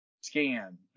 scan